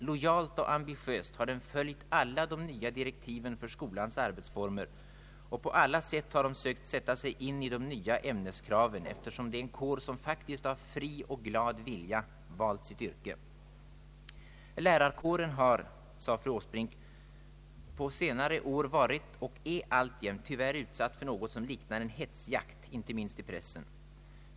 Lojalt och ambitiöst har den följt alla de nya direktiven för skolans arbetsformer, och på alla vis har den sökt sätta sig in i de nya ämneskraven, eftersom lärarkåren är en kår, som faktiskt av fri och glad vilja valt sitt yrke. Lärarkåren har de senaste åren varit och är alltjämt tyvärr utsatt för något som liknar en hetsjakt, inte minst i pressen.